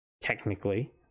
technically